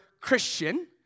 Christian